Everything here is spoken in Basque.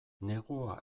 negua